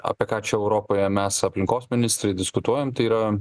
apie ką čia europoje mes aplinkos ministrai diskutuojam tai yra